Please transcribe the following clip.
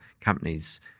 companies